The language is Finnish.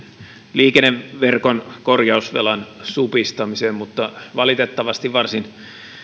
liikenneverkon korjausvelan supistamiseen mutta valitettavasti varsin